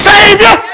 Savior